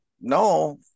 no